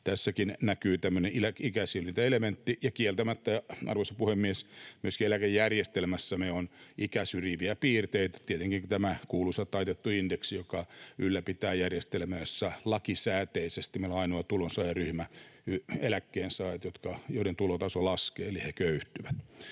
Tässäkin näkyy tämmöinen ikäsyrjintäelementti. Ja kieltämättä, arvoisa puhemies, myöskin eläkejärjestelmässämme on ikäsyrjiviä piirteitä, tietenkin tämä kuuluisa taitettu indeksi, joka ylläpitää järjestelmää, jossa lakisääteisesti meillä ainoa tulonsaajaryhmä, jonka tulotaso laskee, on eläkkeensaajat.